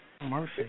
Mercy